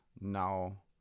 now